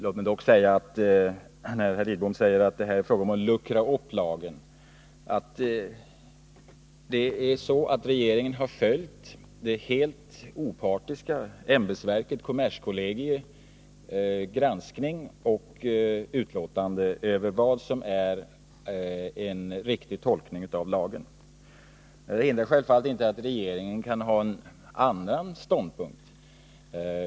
Låt mig dock säga, eftersom herr Lidbom talar om att det är fråga om att luckra upp lagen, att regeringen har följt det helt opartiska ämbetsverket kommerskollegiums granskning och utlåtande över vad som är en riktig tolkning av lagen. Det hindrar självfallet inte att regeringen kan ha en annan ståndpunkt.